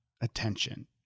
attention